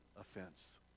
offense